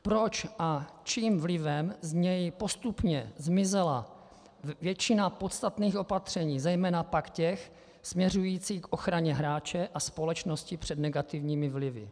Proč a čím vlivem z něj postupně zmizela většina podstatných opatření, zejména pak těch směřujících k ochraně hráče a společnosti před negativními vlivy?